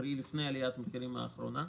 קרי: לפני עליית המחירים האחרונה,